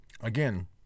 again